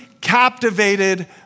captivated